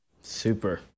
super